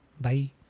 Bye